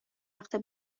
وقته